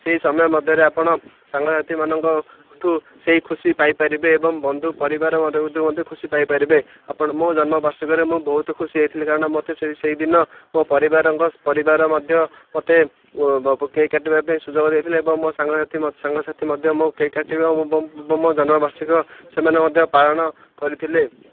ସେହି ସମୟ ମଧ୍ୟରେ ଆପଣ ସାଙ୍ଗସାଥିମାନଙ୍କଠୁ ସେଇ ଖୁସି ପାଇପାରିବେ ଏବଂ ବନ୍ଧୁ ପରିବାର ମବକୁ ମଧ୍ୟ ଖୁସି ପାଇପାରିବେ ଆପଣ ମୋ ଜନ୍ମବାର୍ଷିକରେ ମୁଁ ବହୁତ ଖୁସି ହେଇଥିଲି କାରଣ ମୋତେ ସେଇ ସେଇଦିନ ମୋ ପରିବାରଙ୍କ ପରିବାର ମଧ୍ୟ ମୋତେ କେକ୍ କାଟିବା ପାଇଁ ସୁଯୋଗ ଦେଇଥିଲେ ଏବଂ ମୋ ସାଙ୍ଗସାଥି ସାଙ୍ଗସାଥି ମଧ୍ୟ ମୋ କେକ୍ କାଟିବା ଏବଂ ମୋ ଜନ୍ମବାର୍ଷିକ ସେମାନେ ମଧ୍ୟ ପାଳନ କରିଥିଲେ